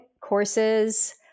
courses